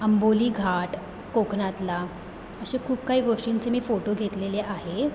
आंबोली घाट कोकणातला अशा खूप काही गोष्टींचे मी फोटो घेतलेले आहे